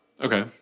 Okay